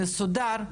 מסודר,